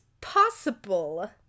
possible